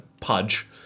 pudge